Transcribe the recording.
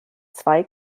zwei